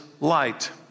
light